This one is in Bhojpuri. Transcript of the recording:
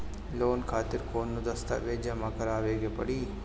लोन खातिर कौनो दस्तावेज जमा करावे के पड़ी?